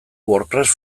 wordpress